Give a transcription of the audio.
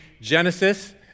Genesis